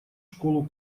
школу